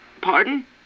Pardon